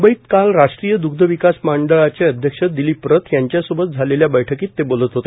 मुंबईत काल राष्ट्रीय द्रग्ध विकास मंडळाचे अध्यक्ष दिलीप रथ यांच्यासोबत झालेल्या बैठकीत ते बोलत होते